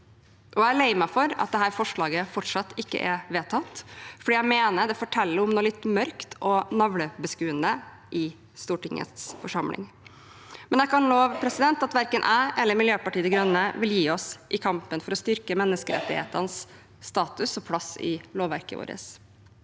er lei meg for at dette forslaget fortsatt ikke er vedtatt, for jeg mener det forteller om noe litt mørkt og navlebeskuende i Stortingets forsamling. Jeg kan love at verken jeg eller Miljøpartiet De Grønne vil gi oss i kampen for å styrke menneskerettighetenes status og plass i lovverket vårt.